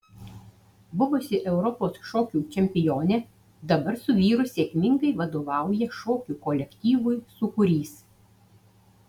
buvusi europos šokių čempionė dabar su vyru sėkmingai vadovauja šokių kolektyvui sūkurys